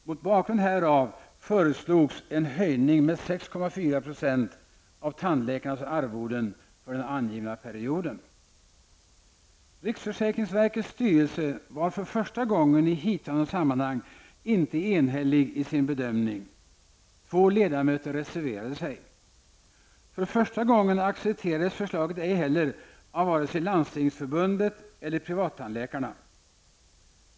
Mot bakgrund härav föreslogs en höjning med 6,4 % av tandläkarnas arvoden för den angivna perioden. Riksförsäkringsverkets styrelse var för första gången i hithörande sammanhang inte enhällig i sin bedömning -- två ledamöter reserverade sig. För första gången accepterades förslaget inte heller av vare sig Landstingsförbundet eller privattandläkarna.